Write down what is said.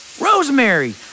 Rosemary